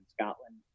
Scotland